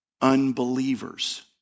unbelievers